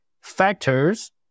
factors